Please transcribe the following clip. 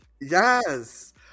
yes